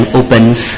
opens